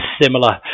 similar